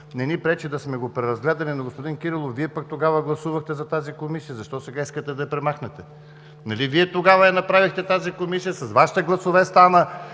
не ни пречи да сме го преразгледали. Но, господин Кирилов, Вие пък тогава гласувахте за тази Комисия. Защо сега искате сега да я премахнете? Нали Вие тогава направихте тази Комисия, с Вашите гласове стана,